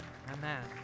Amen